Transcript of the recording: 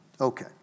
Okay